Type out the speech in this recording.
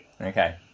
Okay